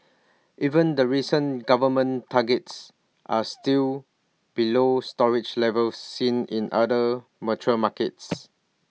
even the recent government targets are still below storage levels seen in other mature markets